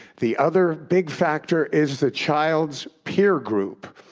the other big factor is the child's peer group,